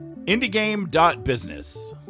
indiegame.business